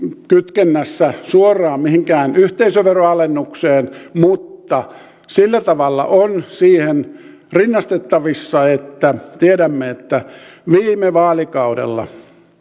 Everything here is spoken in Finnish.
kytkennässä suoraan mihinkään yhteisöveroalennukseen mutta sillä tavalla on siihen rinnastettavissa että tiedämme että viime vaalikaudella